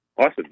Awesome